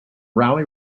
rally